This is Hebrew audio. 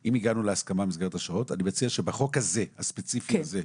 אני מציע שבחוק הזה, הספציפי הזה,